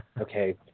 okay